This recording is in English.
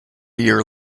year